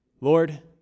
Lord